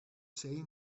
say